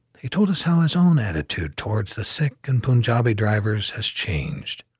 he told us how his own attitude towards the sikh and punjabi drivers has changed.